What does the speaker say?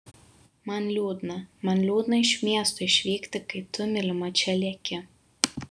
man liūdna man liūdna iš miesto išvykti kai tu mylima čia lieki